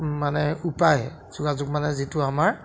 মানে উপায় যোগাযোগ মানে যিটো আমাৰ